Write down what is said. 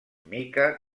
mica